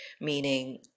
meaning